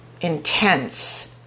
intense